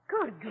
Good